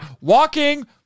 walking